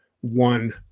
one